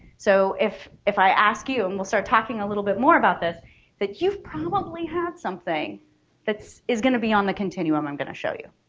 so if if i ask you and we'll start talking a little bit more about this that you've probably had something that is gonna be on the continuum i'm going to show you,